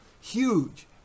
huge